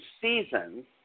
seasons